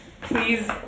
Please